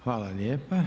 Hvala lijepa.